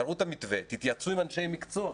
תתייעצו עם אנשי מקצוע,